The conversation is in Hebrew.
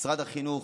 משרד החינוך,